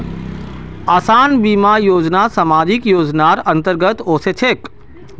आसान बीमा योजना सामाजिक योजनार अंतर्गत ओसे छेक